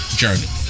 journey